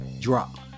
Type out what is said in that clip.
drop